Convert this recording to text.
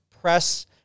press